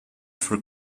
for